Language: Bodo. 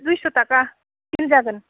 दुइस' थाखा बिल जागोन